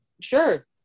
Sure